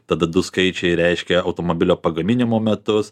tada du skaičiai reiškia automobilio pagaminimo metus